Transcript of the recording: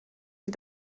sie